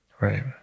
right